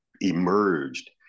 emerged